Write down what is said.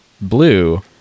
blue